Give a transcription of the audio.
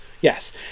yes